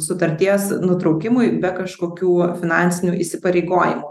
sutarties nutraukimui be kažkokių finansinių įsipareigojimų